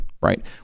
right